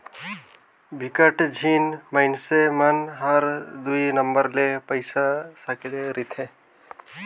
बिकट झिन मइनसे मन हर दुई नंबर ले पइसा सकेले रिथे